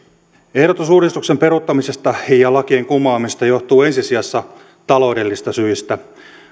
ehdotus uudistuksen peruuttamisesta ja lakien kumoamisesta johtuu ensi sijassa taloudellisista syistä